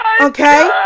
Okay